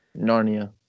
Narnia